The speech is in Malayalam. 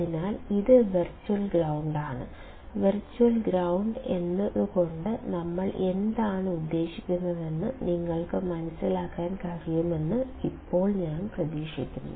അതിനാൽ ഇത് വെർച്വൽ ഗ്രൌണ്ടാണ് വെർച്വൽ ഗ്രൌണ്ട് എന്നതുകൊണ്ട് നമ്മൾ എന്താണ് ഉദ്ദേശിക്കുന്നതെന്ന് നിങ്ങൾക്ക് മനസിലാക്കാൻ കഴിയുമെന്ന് ഇപ്പോൾ ഞാൻ പ്രതീക്ഷിക്കുന്നു